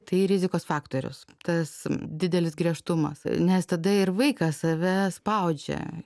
tai rizikos faktorius tas didelis griežtumas nes tada ir vaikas save spaudžia